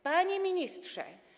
Panie Ministrze!